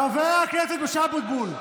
חבר הכנסת משה אבוטבול,